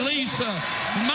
Lisa